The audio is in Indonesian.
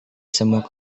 semua